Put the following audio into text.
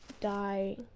die